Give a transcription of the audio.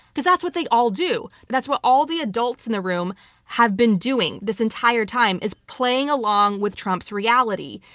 because that's what they all do. that's what all the adults in the room have been doing this entire time, is playing along with trump's reality.